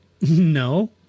No